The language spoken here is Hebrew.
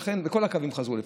וכל הקווים חזרו לפעול.